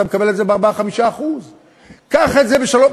אתה מקבל את זה ב-4% 5%. קח את זה ב-4,